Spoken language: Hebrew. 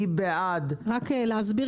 להצביע